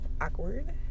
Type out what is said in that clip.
awkward